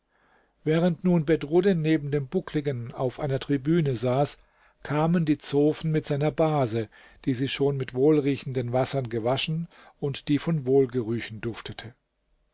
während nun bedruddin neben dem buckligen auf einer tribüne saß kamen die zofen mit seiner base die sie schon mit wohlriechenden wassern gewaschen und die von wohlgerüchen duftete